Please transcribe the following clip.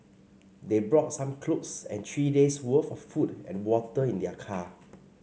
they brought some clothes and three days worth of food and water in their car